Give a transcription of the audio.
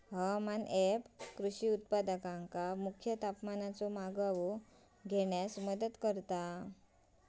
हवामान ऍप कृषी उत्पादकांका मुख्य तापमानाचो मागोवो घेण्यास मदत करता